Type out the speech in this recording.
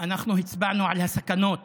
אנחנו הצבענו על הסכנות